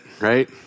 right